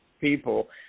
people